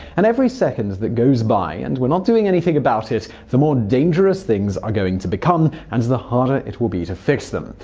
and every second that goes by and we're not doing anything about it, the more dangerous things are going to become, and the harder it will be to fix them.